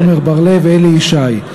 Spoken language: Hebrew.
עמר בר-לב ואלי ישי.